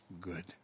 good